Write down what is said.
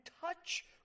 touch